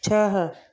छह